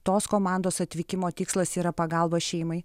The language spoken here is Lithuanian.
tos komandos atvykimo tikslas yra pagalba šeimai